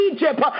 Egypt